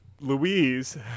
Louise